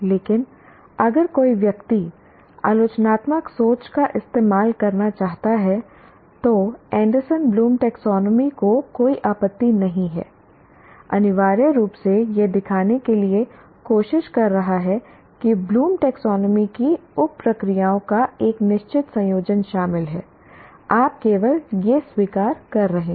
लेकिन अगर कोई व्यक्ति आलोचनात्मक सोच का इस्तेमाल करना चाहता है तो एंडरसन ब्लूम टैक्सोनॉमी को कोई आपत्ति नहीं है अनिवार्य रूप से यह दिखाने के लिए कोशिश कर रहा है कि ब्लूम टैक्सोनॉमी की उप प्रक्रियाओं का एक निश्चित संयोजन शामिल है आप केवल यह स्वीकार कर रहे हैं